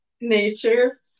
nature